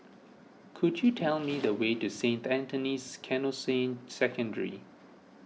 could you tell me the way to Saint Anthony's Canossian Secondary